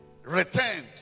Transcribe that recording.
Returned